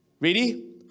Ready